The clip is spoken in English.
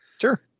sure